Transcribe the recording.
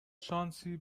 شانسی